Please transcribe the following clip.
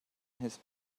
his